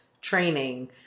training